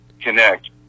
connect